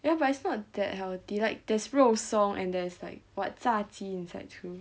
ya but it's not that healthy like there's 肉松 and there's like what 炸鸡 inside too